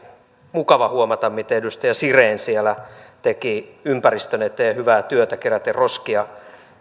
mukava huomata miten edustaja siren siellä teki ympäristön eteen hyvää työtä keräten roskia